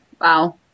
Wow